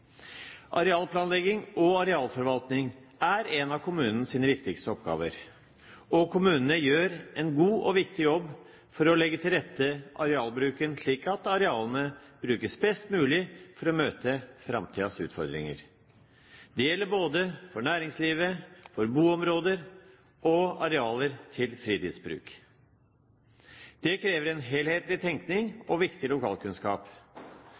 Arealplanlegging og arealforvaltning er en av kommunens viktigste oppgaver. Kommunene gjør en god og viktig jobb for å legge til rette arealbruken slik at arealene brukes best mulig for å møte framtidens utfordringer. Det gjelder både for næringslivet, for boområder og arealer til fritidsbruk. Det krever en helhetlig tenkning og viktig lokalkunnskap.